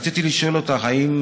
רצוני לשאול: 1. האם